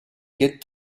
get